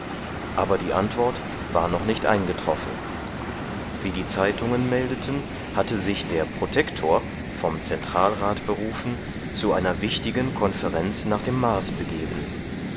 aber die antwort war noch nicht eingetroffen wie die zeitungen meldeten hatte sich der protektor vom zentralrat berufen zu einer wichtigen konferenz nach dem mars begeben